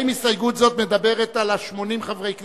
האם הסתייגות זו מדברת על 80 חברי כנסת?